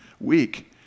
week